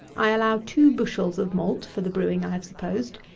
i allow two bushels of malt for the brewing i have supposed.